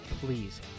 please